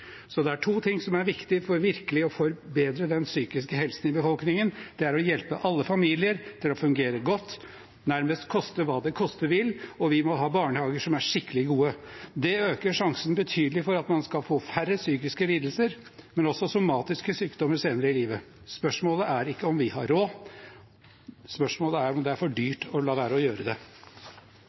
Så det er to ting som er viktig for virkelig å forbedre den psykiske helsen i befolkningen: Det er å hjelpe alle familier til å fungere godt, nærmest koste hva det koste vil, og vi må ha barnehager som er skikkelig gode. Det øker sjansen betydelig for at man får færre psykiske lidelser, men også somatiske sykdommer, senere i livet. Spørsmålet er ikke om vi har råd, spørsmålet er om det er for dyrt å la være å gjøre det.